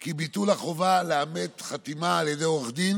כי ביטול החובה לאמת חתימה על ידי עורך דין